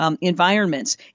Environments